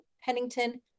Pennington